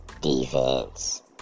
Defense